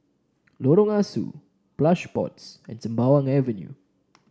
Lorong Ah Soo Plush Pods and Sembawang Avenue